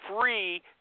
free